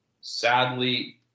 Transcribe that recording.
sadly